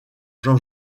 jean